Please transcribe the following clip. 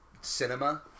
cinema